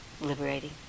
liberating